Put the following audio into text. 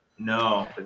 No